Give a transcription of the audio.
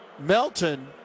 melton